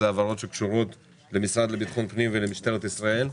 זה העברות שקשורות למשרד לביטחון הפנים ולמשטרת ישראל.